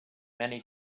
many